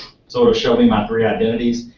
sort of shoving my three identities,